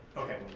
okay.